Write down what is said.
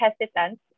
hesitant